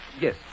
Yes